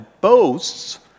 boasts